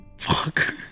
Fuck